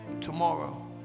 tomorrow